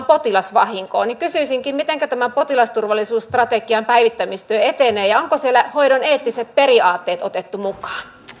potilasvahinkoon kysyisinkin mitenkä tämä potilasturvallisuusstrategian päivittämistyö etenee ja onko siellä hoidon eettiset periaatteet otettu mukaan